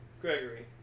Gregory